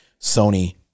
Sony